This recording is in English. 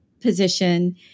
position